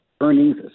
earnings